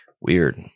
weird